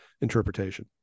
interpretation